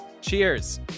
Cheers